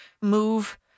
move